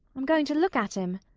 i'm going to look at him.